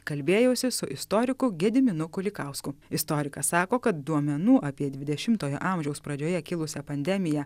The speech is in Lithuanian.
kalbėjausi su istoriku gediminu kulikausku istorikas sako kad duomenų apie dvidešimtojo amžiaus pradžioje kilusią pandemiją